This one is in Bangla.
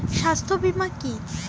স্বাস্থ্য বীমা কি?